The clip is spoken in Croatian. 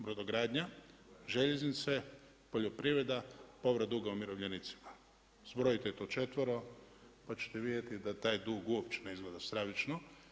Brodogradnja, željeznice, poljoprivreda, povrat duga umirovljenicima, zbrojite to četvero pa ćete vidjeti da taj dug uopće ne izgleda stravično.